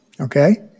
Okay